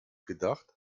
gedacht